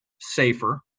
safer